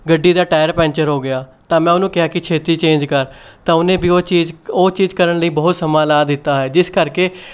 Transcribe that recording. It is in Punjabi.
ਗੱਡੀ ਦਾ ਟਾਇਰ ਪੈਂਚਰ ਹੋ ਗਿਆ ਤਾਂ ਮੈਂ ਉਹਨੂੰ ਕਿਹਾ ਕਿ ਛੇਤੀ ਚੇਂਜ ਕਰ ਤਾਂ ਉਹਨੇ ਵੀ ਉਹ ਚੀਜ਼ ਉਹ ਚੀਜ਼ ਕਰਨ ਲਈ ਬਹੁਤ ਸਮਾਂ ਲਾ ਦਿੱਤਾ ਹੈ ਜਿਸ ਕਰਕੇ